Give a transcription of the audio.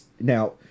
Now